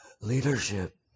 leadership